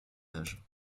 âge